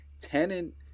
Tenant